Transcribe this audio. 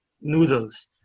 noodles